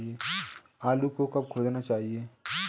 आलू को कब खोदना चाहिए?